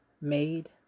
made